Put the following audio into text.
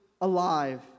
alive